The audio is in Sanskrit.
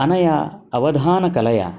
अनया अवधानकलया